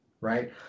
right